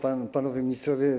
Panowie Ministrowie!